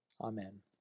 amen